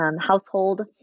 Household